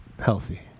Healthy